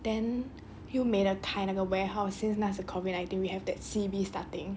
then 又没人开那个 warehouse since 那时 COVID nineteen and then after that C_B starting